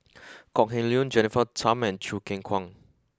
Kok Heng Leun Jennifer Tham and Choo Keng Kwang